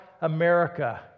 America